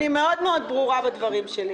אני מאוד ברורה בדברים שלי.